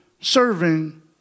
serving